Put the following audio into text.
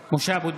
(קורא בשמות חברי הכנסת) משה אבוטבול,